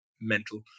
mental